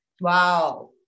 Wow